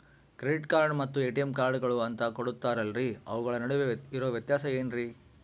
Credit card ಮತ್ತ ATM ಕಾರ್ಡುಗಳು ಅಂತಾ ಕೊಡುತ್ತಾರಲ್ರಿ ಅವುಗಳ ನಡುವೆ ಇರೋ ವ್ಯತ್ಯಾಸ ಏನ್ರಿ?